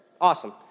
awesome